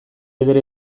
eder